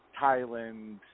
Thailand